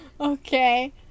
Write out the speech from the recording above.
Okay